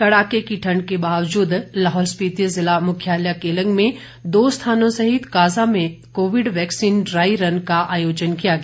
कड़ाके की ठण्ड के बावजूद लाहौल स्पीति ज़िला मुख्यालय केलंग में दो स्थानों सहित काज़ा में कोविड वैक्सीन ड्राई रन का आयोजन किया गया